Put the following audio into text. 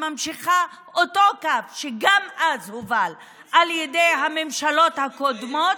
שממשיכה אותו קו שאז הובל על ידי הממשלות הקודמות,